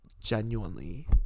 genuinely